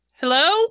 hello